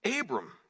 Abram